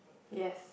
yes